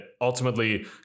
ultimately